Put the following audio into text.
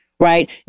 right